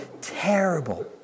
Terrible